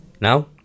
now